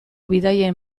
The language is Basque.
bidaien